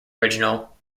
original